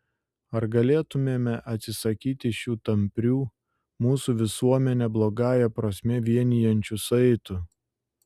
ar galėtumėme atsisakyti šių tamprių mūsų visuomenę blogąją prasme vienijančių saitų